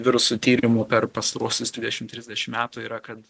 virusų tyrimų per pastaruosius dvidešim trisdešim metų yra kad